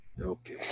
Okay